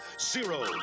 zero